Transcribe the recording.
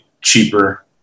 cheaper